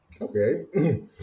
okay